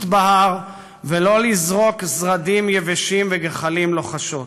בהר ולא לזרוק זרדים יבשים וגחלים לוחשות.